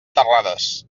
terrades